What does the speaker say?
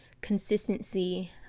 consistency